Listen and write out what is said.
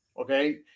Okay